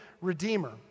redeemer